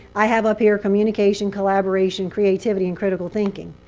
i have up here communication, collaboration, creativity, and critical thinking.